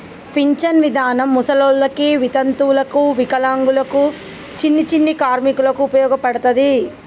pension విధానం ముసలోళ్ళకి వితంతువులకు వికలాంగులకు చిన్ని చిన్ని కార్మికులకు ఉపయోగపడతది